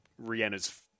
Rihanna's